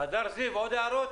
עוד הערות?